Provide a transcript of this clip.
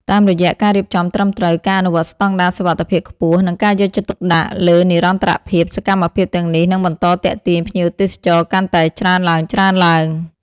តាមរយៈការរៀបចំត្រឹមត្រូវ ការអនុវត្តស្តង់ដារសុវត្ថិភាពខ្ពស់ និងការយកចិត្តទុកដាក់លើនិរន្តរភាព សកម្មភាពទាំងនេះនឹងបន្តទាក់ទាញភ្ញៀវទេសចរកាន់តែច្រើនឡើងៗ។